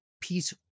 peace